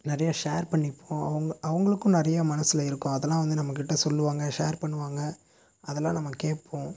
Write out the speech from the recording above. நிறைய ஷேர் பண்ணிப்போம் அவங்க அவர்களுக்கும் நிறைய மனசில் இருக்கும் அதெலாம் வந்து நம்மகிட்ட சொல்லுவாங்க ஷேர் பண்ணுவாங்க அதெலாம் நம்ம கேட்போம்